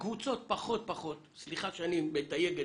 סליחה שאני מתייג,